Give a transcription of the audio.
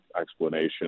explanation